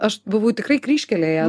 aš buvau tikrai kryžkelėje